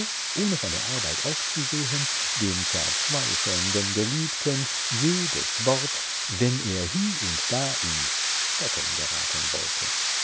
ohne von der arbeit aufzusehen dem verzweifelnden geliebten jedes wort wenn er hie und da ins stocken geraten wollte